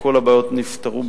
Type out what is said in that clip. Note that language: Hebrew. שכל הבעיות נפתרו.